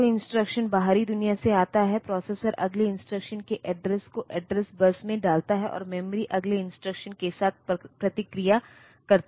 तो जो इंस्ट्रक्शन बाहरी दुनिया से आता है प्रोसेसर अगले इंस्ट्रक्शन के एड्रेसको एड्रेस बस में डालता है और मेमोरी अगले इंस्ट्रक्शन के साथ प्रतिक्रिया करती है